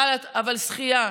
אבל שחייה,